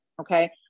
okay